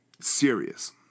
serious